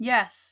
Yes